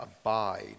abide